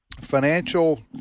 financial